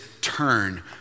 Turn